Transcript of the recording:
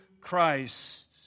Christ